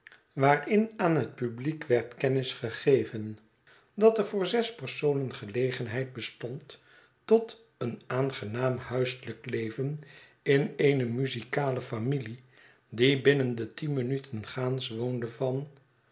waarin aan het publiek werd kennis gegeven dat er voor zes personen gelegenheid bestond tot een aangenaamhuiselijk leven in eene muzikalefamilie die binnen de tien minuten gaans woonde van